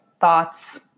thoughts